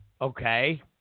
Okay